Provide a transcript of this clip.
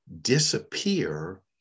disappear